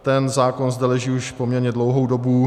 Ten zákon zde leží už poměrně dlouhou dobu.